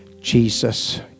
jesus